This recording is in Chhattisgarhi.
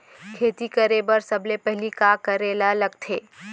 खेती करे बर सबले पहिली का करे ला लगथे?